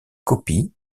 copies